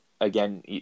again